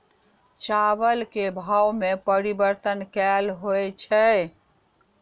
चावल केँ भाव मे परिवर्तन केल होइ छै?